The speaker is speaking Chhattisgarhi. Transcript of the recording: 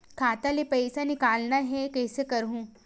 खाता ले पईसा निकालना हे, कइसे करहूं?